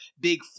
big